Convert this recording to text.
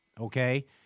Okay